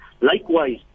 Likewise